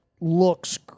looks